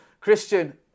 Christian